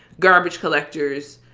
garbage collectors,